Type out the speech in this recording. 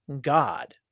God